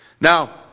Now